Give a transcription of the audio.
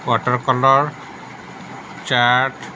water color chart